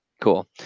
Cool